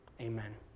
Amen